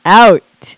out